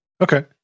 Okay